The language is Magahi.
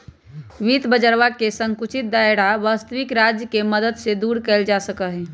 वित्त बाजरवा के संकुचित दायरा वस्तबिक राज्य के मदद से दूर कइल जा सका हई